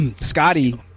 Scotty